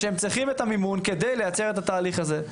את המימון כדי לייצר את התהליך הזה.